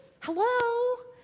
Hello